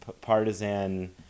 partisan